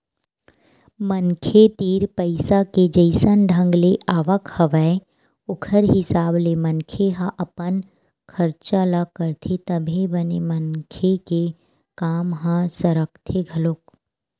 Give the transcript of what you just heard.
मनखे तीर पइसा के जइसन ढंग ले आवक हवय ओखर हिसाब ले मनखे ह अपन खरचा ल करथे तभे बने मनखे के काम ह सरकथे घलोक